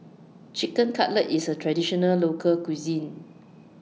Chicken Cutlet IS A Traditional Local Cuisine